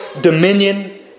dominion